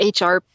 HR